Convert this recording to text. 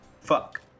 Fuck